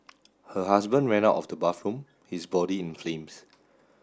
her husband ran out of the bathroom his body in flames